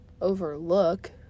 overlook